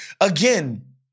again